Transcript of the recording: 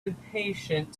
impatient